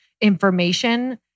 information